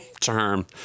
term